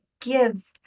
gives